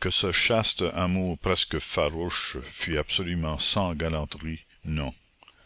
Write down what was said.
que ce chaste amour presque farouche fût absolument sans galanterie non